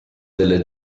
delle